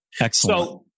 excellent